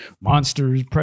monsters